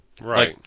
Right